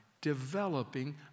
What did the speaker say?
developing